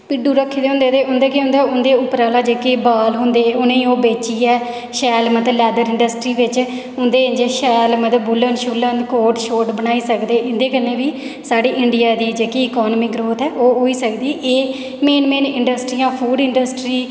भिड्डू रक्खे दे होंदे ते उं'दा केह् होंदे उं'दे उप्पर आह्ले जेह्के बाल होंदे उ'नेंगी ओह् बेचियै शैल मतलब लैदर इंडस्ट्री बिच्च उंदे शैल मतलब बुल्लन शुल्लन कोट शोट बनाई सकदे इं'दे कन्नै बी साढ़े इंडिया दी जेह्की इकानमी ग्रोथ ऐ ओह् होई सकदा एह् मेन मेन इंडस्ट्रियां फूड इंडस्ट्री